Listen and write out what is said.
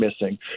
missing